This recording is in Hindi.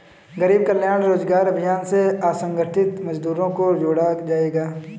गरीब कल्याण रोजगार अभियान से असंगठित मजदूरों को जोड़ा जायेगा